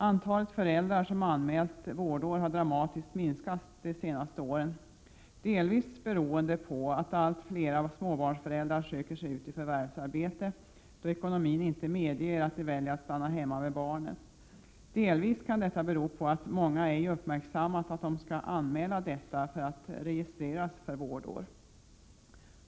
Antalet föräldrar som anmält vårdår har dramatiskt minskat de senaste åren, dels beroende på att allt fler småbarnsföräldrar söker sig ut i förvärvsarbetet, då ekonomin inte medger att de väljer att stanna hemma med barnet, dels beroende på att många ej uppmärksammat att de skall anmäla att de vårdar eget barn i hemmet för att kunna registreras för vårdår.